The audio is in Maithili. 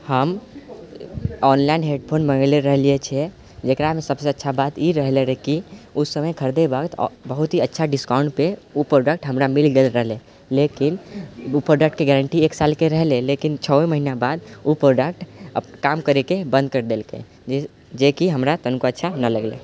हम ऑनलाइन हैडफोन मङ्गेले रहले छियै जकरामे सबसँ अच्छा बात ई रहलै रहऽ कि ओ समय खरिदै वक्त बहुत ही अच्छा डिस्काउंटपर ओ प्रोडक्ट हमरा मिल गेल रहलै लेकिन ओ प्रोडक्टके गारंटी एक सालके रहलै लेकिन छये महिना बाद ओ प्रोडक्ट काम करैके बन्द करि देलकै जेकि हमरा तनिको अच्छा नहि लगलै